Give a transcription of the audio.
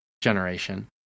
generation